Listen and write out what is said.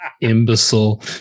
imbecile